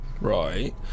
Right